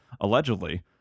allegedly